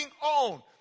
on